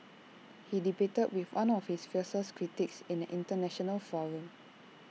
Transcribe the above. he debated with one of his fiercest critics in an International forum